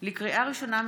לקריאה ראשונה,